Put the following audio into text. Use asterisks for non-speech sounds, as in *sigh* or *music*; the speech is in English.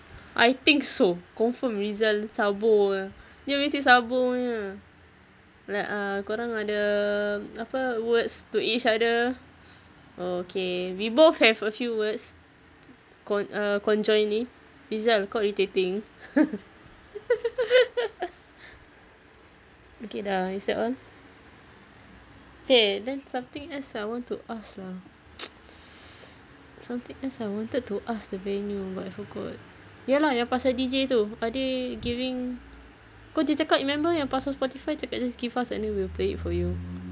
I think so confirm rizal sabo nya dia mesti sabo punya like uh korang ada apa words to each other oh okay we both have a few words con~ conjointly rizal kau irritating *laughs* okay dah dah siap eh okay then something else I want to ask lah something else I wanted to ask the venue but I forgot ya lah yang pasal deejay tu are they giving cause dia cakap remember yang pasal spotify cakap just give us and then we will play it for you